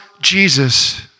Jesus